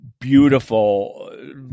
beautiful